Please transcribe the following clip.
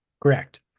Correct